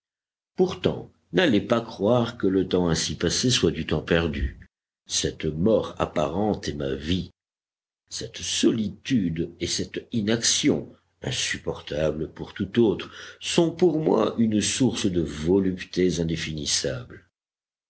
pourtant n'allez pas croire que le temps ainsi passé soit du temps perdu cette mort apparente est ma vie cette solitude et cette inaction insupportables pour tout autre sont pour moi une source de voluptés indéfinissables